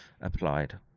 applied